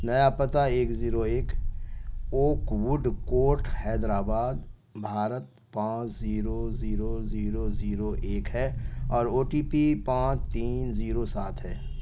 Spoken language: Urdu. نیا پتہ ایک زیرو ایک oak wood court Hyderabad Bharat پانچ زیرو زیرو زیرو زیرو ایک ہے اور او ٹی پی پانچ تین زیرو سات ہے